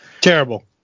Terrible